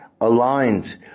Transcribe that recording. aligned